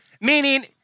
meaning